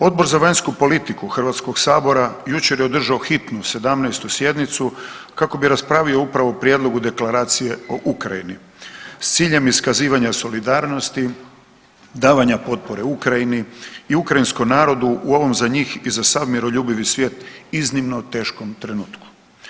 Odbor za vanjsku politiku HS-a jučer je održao hitnu 17. sjednicu kako bi raspravio upravo o prijedlogu Deklaracije o Ukrajini, s ciljem iskazivanja solidarnosti, davanja potpore Ukrajini i ukrajinskom narodu u ovom za njih i za sav miroljubivi svijet, iznimno teškom trenutku.